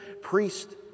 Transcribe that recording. Priest